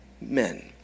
men